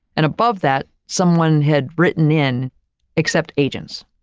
and above that, someone had written in except agents.